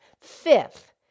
fifth